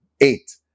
eight